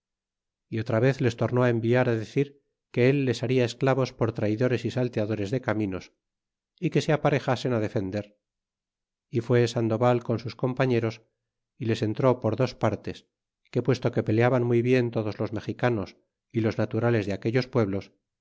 y otra vez les tornó á enviar e decir que al les baria esclavos por traydores y salteadores de caminos y que se aparejasen ti defender y fue sandoval con sus compañeros y les entró por dos partes que puesto que peleaban muy bien todos los mexicanos y los naturales de aquellos pueblos